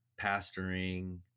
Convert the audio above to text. pastoring